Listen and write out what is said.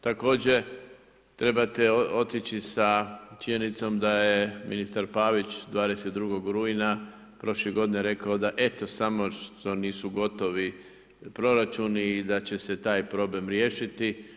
Također trebate otići sa činjenicom da je ministar Pavić 22. rujna prošle godine rekao da eto samo što nisu gotovi proračuni i da će se taj problem riješiti.